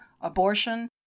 abortion